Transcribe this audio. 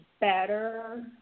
better